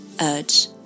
urge